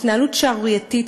התנהלות שערורייתית,